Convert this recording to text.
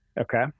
Okay